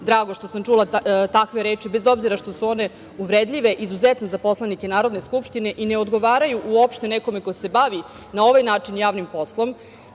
drago što sam čula takve reči, bez obzira što su one uvredljive izuzetno za poslanike Narodne skupštine i ne odgovaraju uopšte nekome ko se bavi na ovaj način javnim poslom.